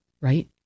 right